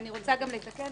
אני רוצה גם לתקן